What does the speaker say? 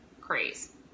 craze